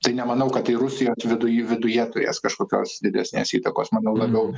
tai nemanau kad tai rusijos viduj viduje turės kažkokios didesnės įtakos manau labiau